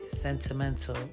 sentimental